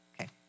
Okay